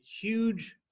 huge